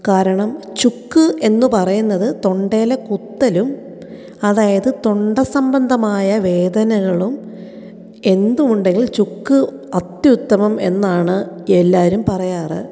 കാരണം ചുക്ക് എന്ന് പറയുന്നത് തൊണ്ടയിലെ കുത്തലും അതായത് തൊണ്ട സംബന്ധമായ വേദനകളും എന്തുണ്ടെങ്കിൽ ചുക്ക് അത്യുത്തമം എന്നാണ് എല്ലാരും പറയാറ്